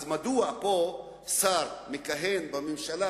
אז מדוע פה שר מכהן בממשלה,